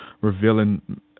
revealing